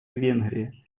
венгрии